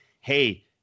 hey